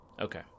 Okay